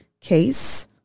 case